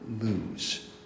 lose